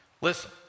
Listen